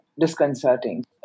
disconcerting